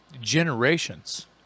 generations